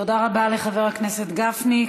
תודה רבה לחבר הכנסת גפני.